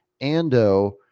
Ando